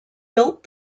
built